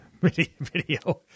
video